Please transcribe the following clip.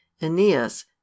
Aeneas